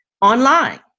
online